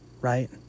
right